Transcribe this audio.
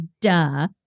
duh